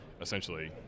essentially